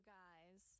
guys